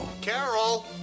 Carol